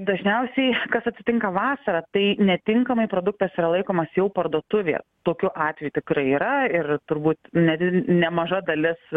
dažniausiai kas atsitinka vasarą tai netinkamai produktas yra laikomas jau parduotuvėje tokiu atveju tikrai yra ir turbūt nedid nemaža dalis